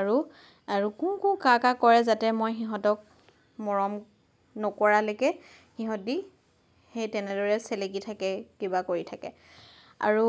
আৰু কুঁ কুঁ কা কা কৰে যাতে মই সিহঁতক মৰম নকৰালৈকে সিহঁতে সেই তেনেদৰে চেলেকি থাকে কিবা কৰি থাকে আৰু